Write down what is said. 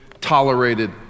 tolerated